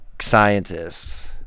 scientists